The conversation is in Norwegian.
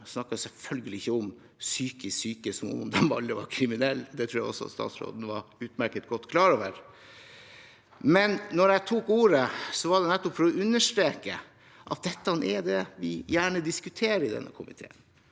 Jeg snakket selvfølgelig ikke om psykisk syke som om de alle er kriminelle, det tror jeg også statsråden var utmerket godt klar over. Da jeg tok ordet, var det for å understreke at det er dette vi gjerne diskuterer i denne komiteen.